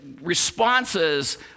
responses